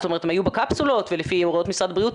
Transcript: הם היו בקפסולות ולפי ה וראות משרד הבריאות,